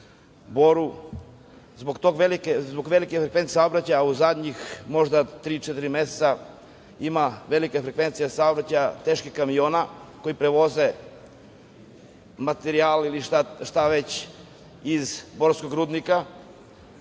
Zbog velike frekvencije saobraćaja, a u zadnja možda tri, četiri meseca velika je frekvencija saobraćaja teških kamiona koji prevoze materijal ili šta već iz borskog rudnika.